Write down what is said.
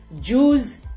Jews